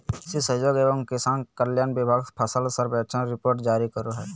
कृषि सहयोग एवं किसान कल्याण विभाग फसल सर्वेक्षण रिपोर्ट जारी करो हय